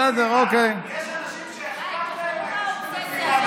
בלי להגיד גם